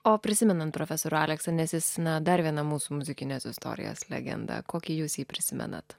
o prisimenant profesorių aleksą nes jis na dar viena mūsų muzikinės istorijos legenda kokį jūs jį prisimenat